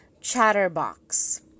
chatterbox